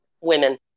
women